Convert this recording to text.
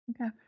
Okay